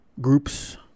groups